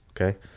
okay